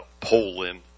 Poland